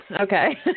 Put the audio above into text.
Okay